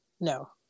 no